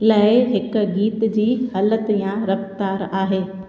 लय हिकु गीत जी हलति या रफ़्तार आहे